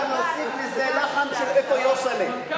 אפשר להוסיף לזה לחן של "איפה יוסל'ה".